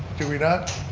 do we not?